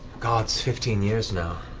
gods, fifteen years now.